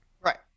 Right